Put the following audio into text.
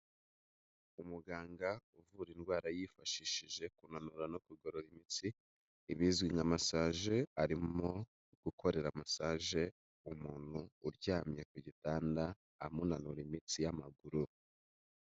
Umuganga uvura indwara yifashishije kunanura no kugorora imitsi, ibizwi nka masage, arimo gukorera masage umuntu uryamye ku gitanda amunura imitsi y'amaguru.